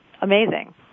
amazing